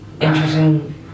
interesting